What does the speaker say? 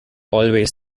always